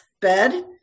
bed